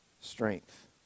strength